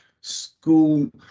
School